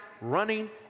running